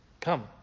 Come